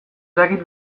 dakit